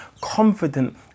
confident